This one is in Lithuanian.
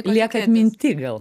lieka atminty gal